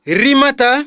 rimata